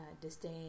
disdain